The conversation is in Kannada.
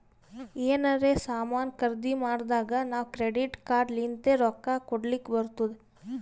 ಎನಾರೇ ಸಾಮಾನ್ ಖರ್ದಿ ಮಾಡ್ದಾಗ್ ನಾವ್ ಕ್ರೆಡಿಟ್ ಕಾರ್ಡ್ ಲಿಂತ್ ರೊಕ್ಕಾ ಕೊಡ್ಲಕ್ ಬರ್ತುದ್